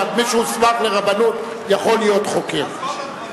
מי שהוסמך לרבנות יכול להיות חוקר.